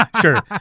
sure